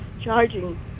charging